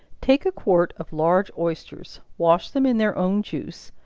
take a quart of large oysters, wash them in their own juice,